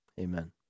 Amen